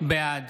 בעד